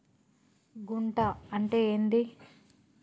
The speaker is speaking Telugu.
గుంట అంటే ఏంది?